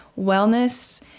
wellness